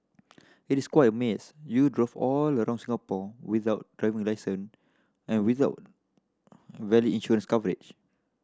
it is quite amaze you drove all around Singapore without driving licence and without valid insurance coverage